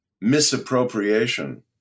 misappropriation